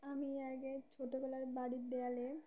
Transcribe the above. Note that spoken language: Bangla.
আমি আগে ছোটোবেলার বাড়ির দেওয়ালে